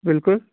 بلکُل